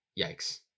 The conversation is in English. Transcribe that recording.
yikes